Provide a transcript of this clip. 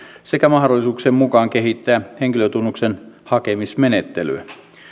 sekä mahdollisuuksien mukaan kehittää henkilötunnuksen hakemismenettelyä